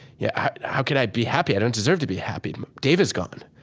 yeah how can i be happy? i don't deserve to be happy. dave is gone.